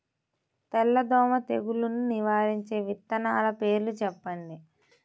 తెల్లదోమ తెగులును నివారించే విత్తనాల పేర్లు చెప్పండి?